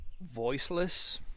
voiceless